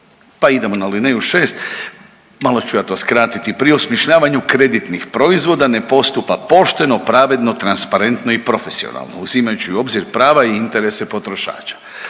pa idemo na alineju 6, malo ću ja to skratiti, pri osmišljavanju kreditnih proizvoda ne postupa pošteno, pravedno, transparentno i profesionalno uzimajući u obzir prava i interese potrošača.